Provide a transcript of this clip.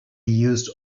used